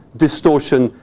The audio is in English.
distortion,